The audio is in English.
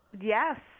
Yes